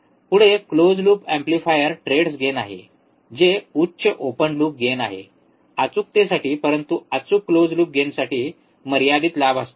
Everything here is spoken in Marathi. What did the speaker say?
पुढे close loop amplifier trades gain आहे जे उच्च ओपन लूप गेन आहे अचूकतेसाठी परंतु अचूक क्लोज लूप गेनसाठी मर्यादित लाभ असतो